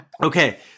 Okay